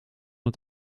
het